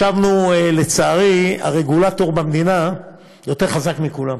ישבנו, לצערי, הרגולטור במדינה יותר חזק מכולם,